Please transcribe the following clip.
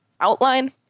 outline